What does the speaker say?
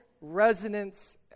resonance